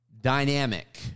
dynamic